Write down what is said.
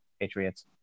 Patriots